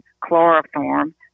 chloroform